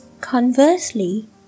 Conversely